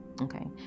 okay